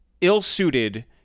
ill-suited